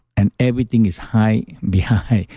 and everything is hide behind,